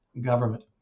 government